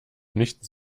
nichts